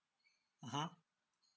mmhmm